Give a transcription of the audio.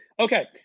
Okay